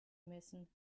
messen